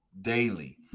daily